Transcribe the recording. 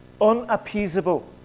unappeasable